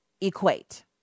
equate